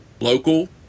local